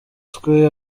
twe